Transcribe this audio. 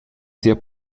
sia